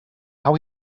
how